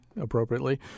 appropriately